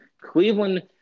Cleveland